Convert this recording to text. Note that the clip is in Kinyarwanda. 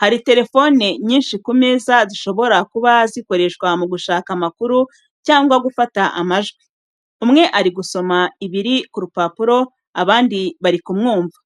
Hari telefone nyinshi ku meza, zishobora kuba zikoreshwa mu gushaka amakuru cyangwa gufata amajwi. Umwe ari gusoma ibiri ku rupapuro, abandi bari kumwumva.